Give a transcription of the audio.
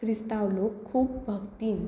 क्रिस्तांव लोक खूब भक्तीन